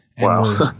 Wow